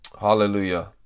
Hallelujah